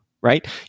right